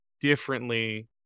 differently